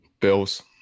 Bills